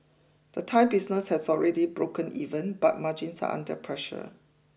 the Thai business has already broken even but margins are under pressure